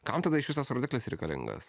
kam tada iš vis tas rodiklis reikalingas